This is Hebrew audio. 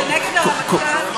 אתה נגד הרמטכ"ל?